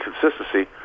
consistency